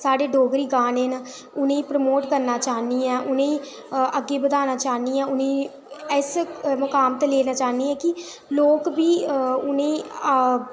साढ़ी डोगरी गाने न उ'नें गी प्रमोट करना चाह्न्नी आं उ'नें गी अग्गें बधाना चाह्न्नी आं उ'नें गी ऐसे मकाम पर लेना चाह्न्नी आंं कि लोक बी उ'नें गी